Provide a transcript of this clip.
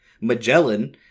Magellan